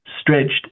stretched